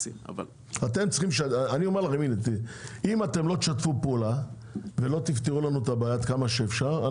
אם לא תשתפו פעולה ולא תפתרו לנו את הבעיה עד כמה שאפשר,